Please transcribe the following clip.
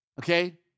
Okay